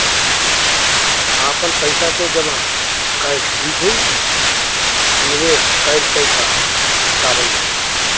आपन पइसा के जमा कइल ठीक होई की निवेस कइल तइका बतावल जाई?